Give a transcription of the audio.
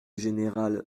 général